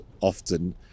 often